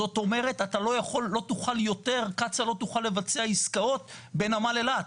זאת אומרת קצא"א לא תוכל לבצע עסקאות בנמל אילת,